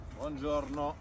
buongiorno